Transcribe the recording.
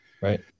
Right